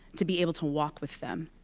to be able to walk with them.